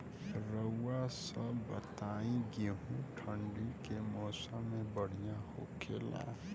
रउआ सभ बताई गेहूँ ठंडी के मौसम में बढ़ियां होखेला?